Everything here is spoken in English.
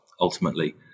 ultimately